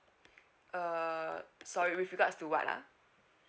uh sorry with regards to what uh